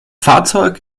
fahrzeug